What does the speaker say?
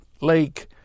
lake